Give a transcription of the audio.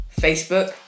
Facebook